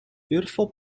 beautiful